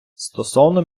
стосовно